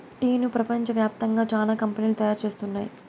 టీను ప్రపంచ వ్యాప్తంగా చానా కంపెనీలు తయారు చేస్తున్నాయి